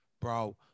Bro